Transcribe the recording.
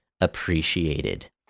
appreciated